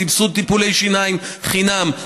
סבסוד טיפולי שיניים חינם,